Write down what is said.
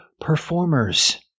performers